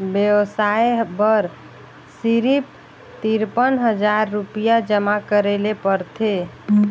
बेवसाय बर सिरिफ तिरपन हजार रुपिया जमा करे ले परथे